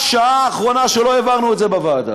עד השעה האחרונה שלא העברנו את זה בוועדה.